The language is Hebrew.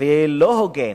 ולא הוגן.